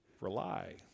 rely